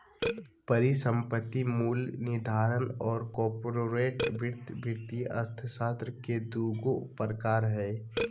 परिसंपत्ति मूल्य निर्धारण और कॉर्पोरेट वित्त वित्तीय अर्थशास्त्र के दू गो प्रकार हइ